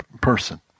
person